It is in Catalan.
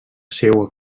seua